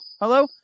Hello